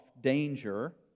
danger